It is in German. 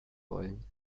wollen